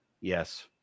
Yes